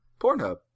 Pornhub